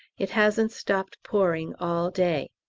it hasn't stopped pouring all day.